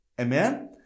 Amen